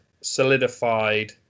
solidified